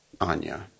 Anya